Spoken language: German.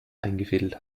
eingefädelt